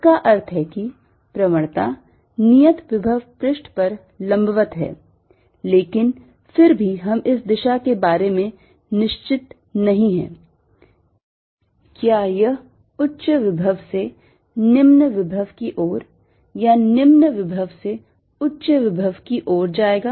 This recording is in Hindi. इसका अर्थ है कि प्रवणता नियत विभव पृष्ठ पर लंबवत है लेकिन फिर भी हम इस दिशा के बारे में निश्चित नहीं हैं क्या यह उच्च विभव से निम्न विभव की ओर या निम्न विभव से उच्च विभव की ओर जाएगा